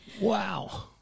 Wow